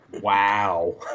wow